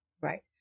Right